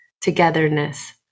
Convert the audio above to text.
togetherness